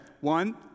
One